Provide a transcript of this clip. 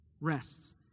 rests